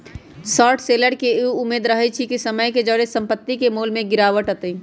short seller के इ उम्मेद रहइ छइ कि समय के जौरे संपत्ति के मोल में गिरावट अतइ